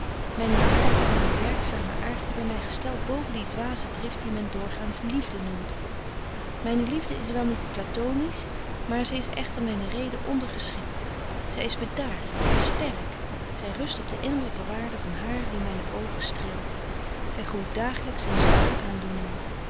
myne jaren en myn werkzame aart hebben my gestelt boven die dwaze drift die men doogaans liefde noemt myne liefde is wel niet platonisch maar zy is echter myne reden ondergeschikt zy is bedaart sterk zy rust op de innerlyke waarde van haar die myne oogen streelt zy groeit dagelyks in zagte aandoeningen